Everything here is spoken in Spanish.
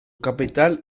capital